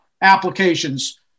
applications